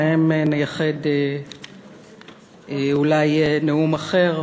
להם נייחד אולי נאום אחר,